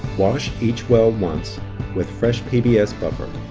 wash each well once with fresh pbs buffer.